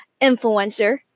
influencer